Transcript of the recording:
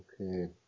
okay